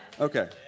Okay